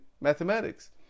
mathematics